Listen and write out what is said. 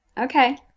Okay